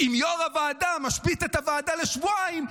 אם יו"ר הוועדה משבית את הוועדה לשבועיים,